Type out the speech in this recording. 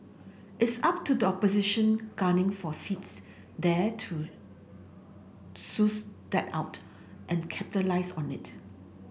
it's up to the opposition gunning for seats there to suss that out and capitalise on it